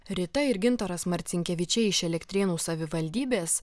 rita ir gintaras marcinkevičiai iš elektrėnų savivaldybės